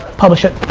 publish it.